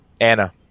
Anna